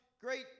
great